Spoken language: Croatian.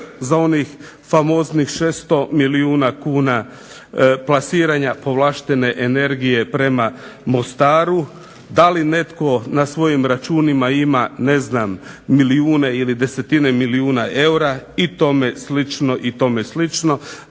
za onih famoznih 600 milijuna kuna plasirane povlaštene energije prema Mostaru? Da li netko na svojim računima ima ne znam milijune ili desetine milijuna eura i tome slično i tome slično?